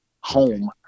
home